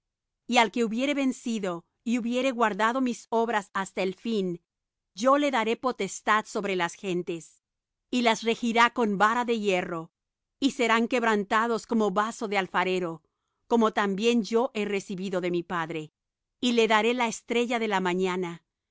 y al que hubiere vencido y hubiere guardado mis obras hasta el fin yo le daré potestad sobre las gentes y las regirá con vara de hierro y serán quebrantados como vaso de alfarero como también yo he recibido de mi padre y le daré la estrella de la mañana